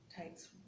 takes